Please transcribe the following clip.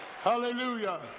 Hallelujah